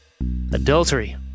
Adultery